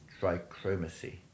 trichromacy